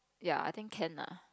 ya I think can lah